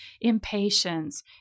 impatience